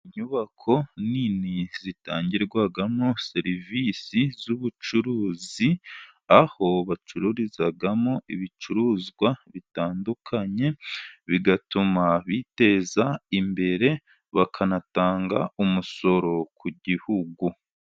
Inyubako nini zitangirwamo serivisi z'ubucuruzi, aho bacururizamo ibicuruzwa bitandukanye, bigatuma biteza imbere bakanatanga umusoro ku Gihugu.